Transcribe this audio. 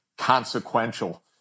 consequential